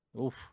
Oof